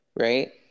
right